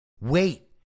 Wait